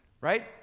right